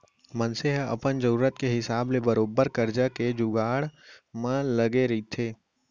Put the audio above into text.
मनसे ह अपन जरुरत के हिसाब ले बरोबर करजा के जुगाड़ म लगे रहिथे